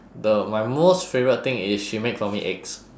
the my most favourite thing is she make for me eggs